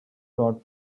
taught